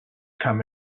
come